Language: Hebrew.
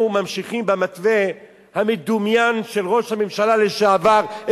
ממשיכים במתווה המדומיין של ראש הממשלה לשעבר,